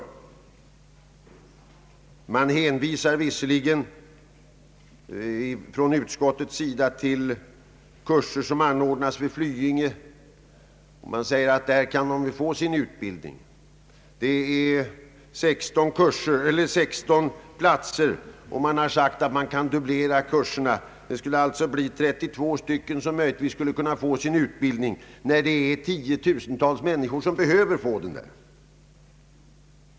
Utskottet hänvisar visserligen till de kurser som ges på Flyinge och framhåller att personal inom hästsporten kan få sin utbildning där. På Flyinge finns 16 platser. Det har sagts att man kan fördubbla kurserna, vilket skulle innebära att 32 personer per omgång kunde få sin utbildning, medan tiotusentals människor behöver utbildas.